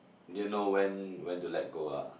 didn't know when when to let go ah